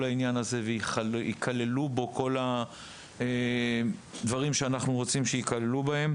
העניין הזה ושיכללו בו כל הדברים שאנחנו רוצים שיכללו בו.